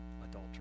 adultery